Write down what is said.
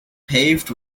paved